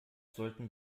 sollten